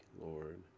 Lord